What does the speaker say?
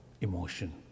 emotion